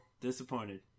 disappointed